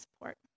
support